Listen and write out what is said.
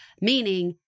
Meaning